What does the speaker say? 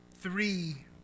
three